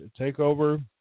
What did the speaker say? takeover